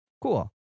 Cool